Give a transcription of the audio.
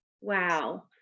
Wow